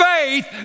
faith